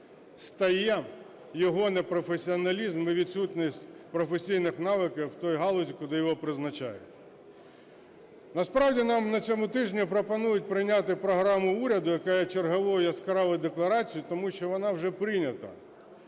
стає його непрофесіоналізм і відсутність професійних навичок в тій галузі, куди його призначають. Насправді, нам на цьому тижні пропонують прийняти програму уряду, яка є черговою яскравою декларацією, тому що вона вже прийнята.